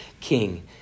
king